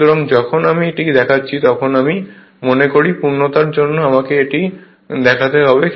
সুতরাং যখন আমি এটি দেখাচ্ছি তখন আমি মনে করি পূর্ণতার জন্য আমাকে এটি দেখাতে হবে